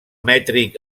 mètric